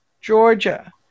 Georgia